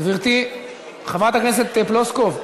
גברתי חברת הכנסת פלוסקוב,